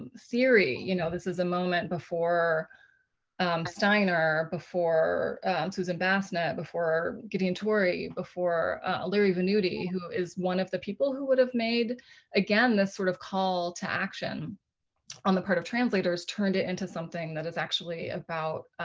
um theory, you know this is a moment before steiner, before susan bassnett, before gideon toury, before larry venuti who is one of the people who would have made this sort of call to action on the part of translators, turned it into something that is actually about